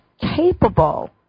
capable